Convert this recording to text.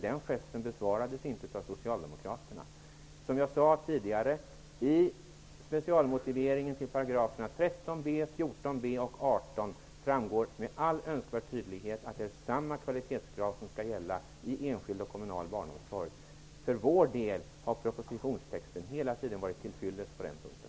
Den gesten besvarades inte av Jag sade tidigare att i specialmotiveringen till paragraferna 13b, 14b och 18 framgår det med all önskvärd tydlighet att samma kvalitetskrav skall gälla i både enskild och kommunal barnomsorg. För vår del har propositionstexten hela tiden varit till fyllest på den punkten.